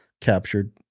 Captured